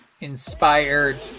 inspired